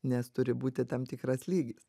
nes turi būti tam tikras lygis